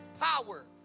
power